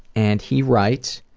and he writes,